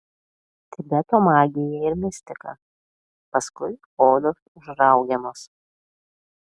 tibeto magija ir mistika paskui odos užraugiamos